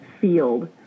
field